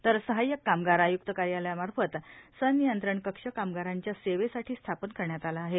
तर सहाय्यक कामगार आय्क्त कार्यालयामार्फत संनियंत्रण कक्ष कामगारांच्या सेवेसाठी स्थापन करण्यात आला आहे